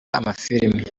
amafilimi